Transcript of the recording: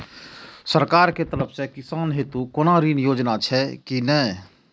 सरकार के तरफ से किसान हेतू कोना ऋण योजना छै कि नहिं?